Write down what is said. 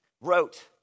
wrote